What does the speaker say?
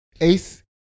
Ace